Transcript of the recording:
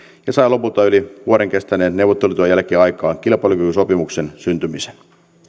ja sai lopulta yli vuoden kestäneen neuvottelutyön jälkeen aikaan kilpailukykysopimuksen syntymisen